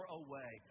away